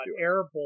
Airborne